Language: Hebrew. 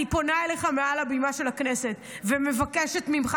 אני פונה אליך מעל הבימה של הכנסת ומבקשת ממך